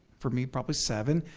for me probably seven